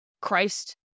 christ